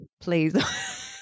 Please